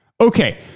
Okay